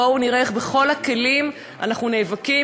בואו נראה איך בכל הכלים אנחנו נאבקים,